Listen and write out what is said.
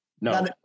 No